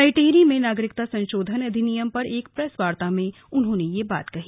नई टिहरी में नागरिकता संशोधन अधिनियम पर एक प्रेस वार्ता में उन्होंने यह बात कही